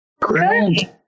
great